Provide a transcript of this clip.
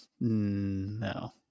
No